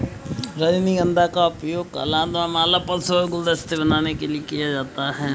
रजनीगंधा का उपयोग कलात्मक माला, पुष्प, आभूषण और गुलदस्ते बनाने के लिए किया जाता है